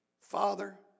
Father